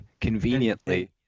conveniently